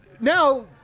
Now